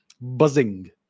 buzzing